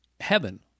heaven